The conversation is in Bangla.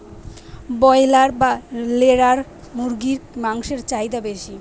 ব্রলার না লেয়ার মুরগির মাংসর চাহিদা বেশি?